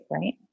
right